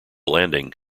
landing